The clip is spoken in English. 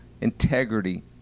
integrity